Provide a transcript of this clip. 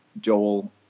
joel